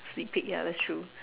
sneak peek ya that's true